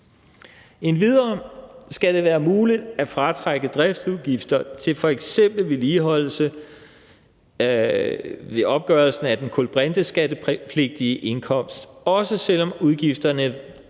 Endvidere skal det være muligt at fratrække driftsudgifter til f.eks. vedligeholdelse i opgørelsen af den kulbrinteskattemæssige indkomst, også selv om udgifterne vedrører